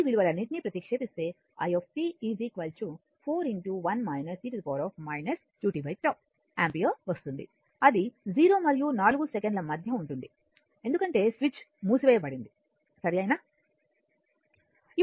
ఈ విలువలన్నింటినీ ప్రతిక్షేపిస్తే i 4 యాంపియర్ వస్తుంది అది 0 మరియు 4 సెకన్ల మధ్య ఉంటుంది ఎందుకంటే స్విచ్ S1 మూసివేయబడింది సరైనది